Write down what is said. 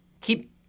keep